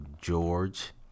George